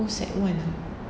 oh sec one ah